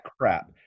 crap